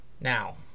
Now